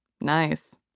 Nice